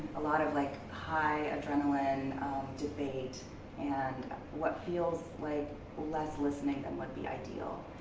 a lot of like high adrenaline debate and what feels like less listening than would be ideal.